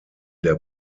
der